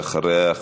ואחריה,